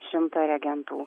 šimtą reagentų